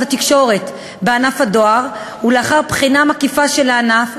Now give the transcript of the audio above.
התקשורת בענף הדואר ולאחר בחינה מקיפה של הענף,